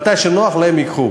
כשנוח להם, ייקחו.